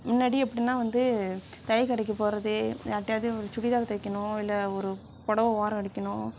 முன்னாடி எப்படின்னா வந்து தையல் கடைக்கு போகிறது யார்டையாவது சுடிதார் தைக்கணும் இல்லை ஒரு புடவை ஓரம் அடிக்கணும்